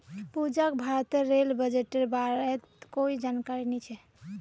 पूजाक भारतेर रेल बजटेर बारेत कोई जानकारी नी छ